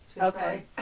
Okay